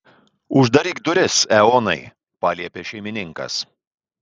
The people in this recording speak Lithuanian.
uždaryk duris eonai paliepė šeimininkas